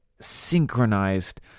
synchronized